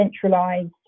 centralized